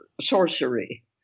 sorcery